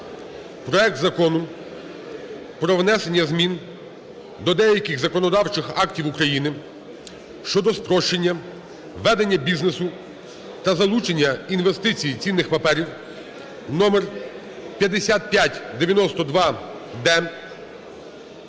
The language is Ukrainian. проект Закону про внесення змін до деяких законодавчих актів України щодо спрощення ведення бізнесу та залучення інвестицій і цінних паперів (номер 5592-д)